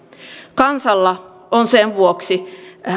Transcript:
kansalla on sen vuoksi